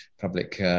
public